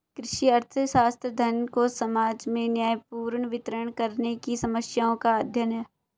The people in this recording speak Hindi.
कृषि अर्थशास्त्र, धन को समाज में न्यायपूर्ण वितरण करने की समस्याओं का अध्ययन है